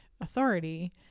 authority